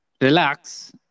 relax